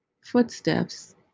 footsteps